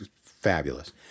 fabulous